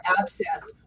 abscess